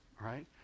right